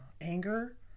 anger